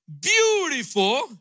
beautiful